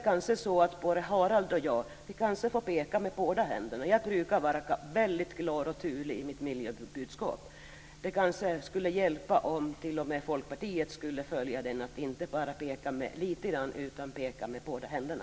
Kanske måste både Harald Nordlund och jag peka med båda händerna. Jag brukar vara väldigt klar och tydlig i mitt miljöbudskap. Det kanske skulle hjälpa om även Folkpartiet inte bara pekar lite grann, utan pekar med båda händerna.